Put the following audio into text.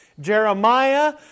Jeremiah